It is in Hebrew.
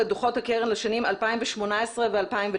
את דוחות הקרן לשנים 2018 ו-2019,